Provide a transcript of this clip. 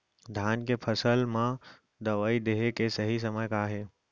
धान के फसल मा दवई देहे के सही समय का हे?